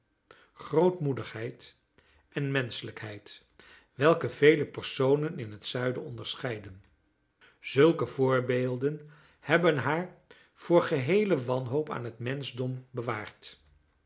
grootmoedigheid en menschelijkheid welke vele personen in het zuiden onderscheiden zulke voorbeelden hebben haar voor geheele wanhoop aan het menschdom bewaard